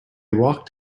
walked